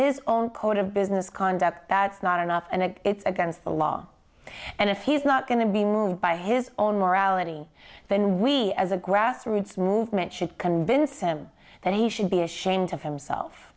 his own code of business conduct that's not enough and it's against the law and if he's not going to be moved by his own morality then we as a grassroots movement should convince him that he should be ashamed of himself